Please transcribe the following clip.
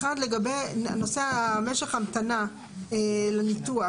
אחת, לגבי נושא משך ההמתנה לניתוח.